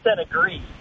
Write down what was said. agree